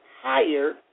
higher